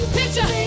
picture